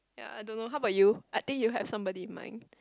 uh I don't know how about you I think you have somebody in mind